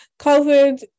COVID